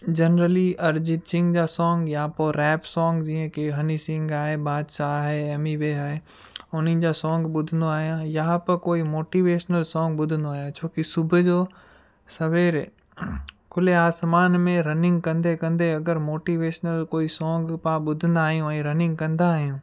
generally Arijit Singh जा song या rap song जीअं कि हनी सिंग आहे बादशाह आहे एमीवे आहे उन्हनि जा सोंग ॿुधंदो आहियां या त कोई मोटीवेशनल सोंग ॿुधंदो आहियां छो कि सुबुह जो सवेरे खुले आसमान में रनिंग कंदे कंदे अगरि मोटीवेशनल कोई सोंग पाणि ॿुधंदा आहियूं ऐं रनिंग कंदा आहियूं